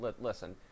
listen